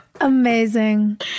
Amazing